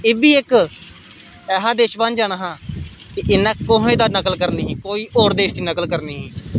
एह् बी इक ऐसा देश बनी जाना हा इसने कुसै होरं दी नकल करनी ही कोई होर देश दी नकल करनी ही